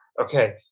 Okay